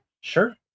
Sure